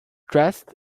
dressed